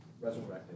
resurrected